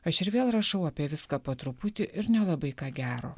aš ir vėl rašau apie viską po truputį ir nelabai ką gero